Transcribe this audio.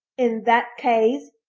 in that case,